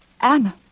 Anna